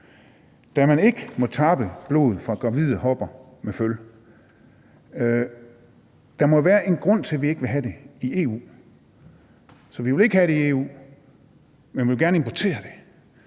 da man ikke må tappe blod fra gravide hopper med føl? Der må jo være en grund til, at vi ikke vil have det i EU. Så vi vil ikke have det i EU, men vi vil gerne importere det.